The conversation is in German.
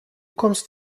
kommst